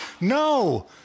no